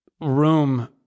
room